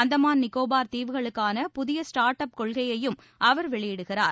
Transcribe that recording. அந்தமான் நிக்கோபார் தீவுகளுக்கான புதிய start up கொள்கையையும் அவர் வெளியிடுகிறார்